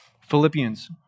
Philippians